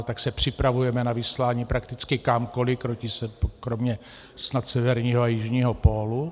Tak se připravujeme na vyslání prakticky kamkoliv kromě snad severního a jižního pólu.